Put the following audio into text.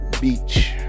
Beach